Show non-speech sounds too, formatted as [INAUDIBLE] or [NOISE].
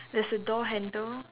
[BREATH] there's a door handle